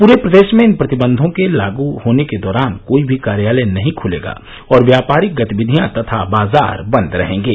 पूरे प्रदेश में इन प्रतिबंधों के लागु होने के दौरान कोई भी कार्यालय नहीं खुलेगा और व्यापारिक गतिविधियां तथा बाजार बंद रहेंगे